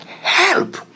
help